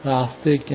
रास्ते क्या हैं